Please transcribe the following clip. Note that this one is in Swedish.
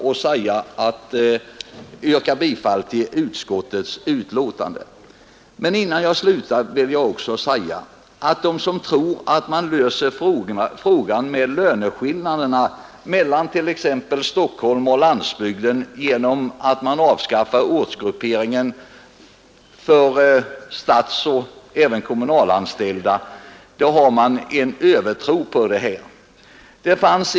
Ja, herr talman, innan jag slutar vill jag också säga, att den som tror att man löser problemet med löneskillnaderna mellan t.ex. Stockholm och landsbygden genom att avskaffa ortsgrupperingen för statsoch även kommunalanställda har en övertro på ortsgrupperingens inverkan.